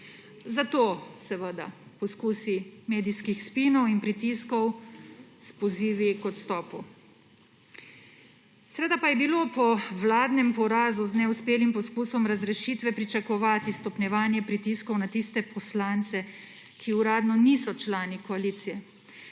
Zato seveda poskusi medijskih spinov in pritiskov s pozivi k odstopu. Seveda pa je bilo po vladnem porazu z neuspelim poskusom razrešitve pričakovati stopnjevanje pritiskov na tiste poslance, ki uradno niso člani koalicije.